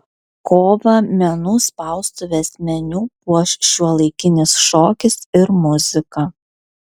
kovą menų spaustuvės meniu puoš šiuolaikinis šokis ir muzika